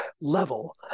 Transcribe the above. level